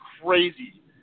crazy